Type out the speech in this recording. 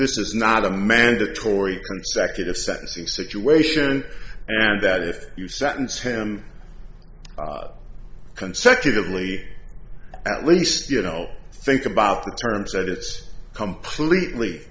this is not a mandatory consecutive sentences situation and that if you sentence him consecutively at least you know think about the terms that it's completely